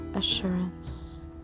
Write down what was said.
assurance